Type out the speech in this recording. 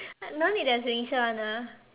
no need their signature [one] ah